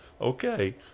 Okay